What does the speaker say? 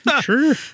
Sure